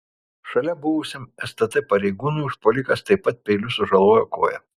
šalia buvusiam stt pareigūnui užpuolikas taip pat peiliu sužalojo koją